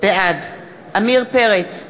בעד עמיר פרץ,